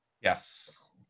Yes